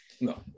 No